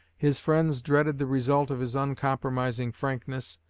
his friends dreaded the result of his uncompromising frankness,